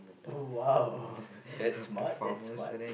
oo !wow! that's smart that's smart